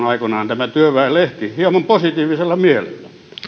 aikoinaan tämä työväenlehti hieman positiivisella mielellä